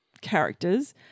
characters